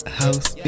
house